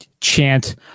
chant